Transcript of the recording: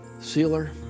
sealer